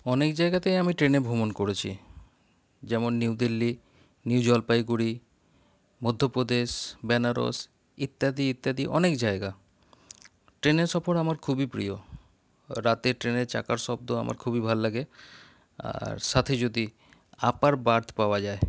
অনেক জায়গাতেই আমি ট্রেনে ভ্রমণ করেছি যেমন নিউ দিল্লি নিউ জলপাইগুড়ি মধ্যপ্রদেশ বেনারস ইত্যাদি ইত্যাদি অনেক জায়গা ট্রেনে সফর আমার খুবই প্রিয় রাতে ট্রেনে চাকার শব্দ আমার খুবই ভাল লাগে আর সাথে যদি আপার বার্থ পাওয়া যায়